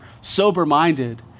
sober-minded